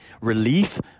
relief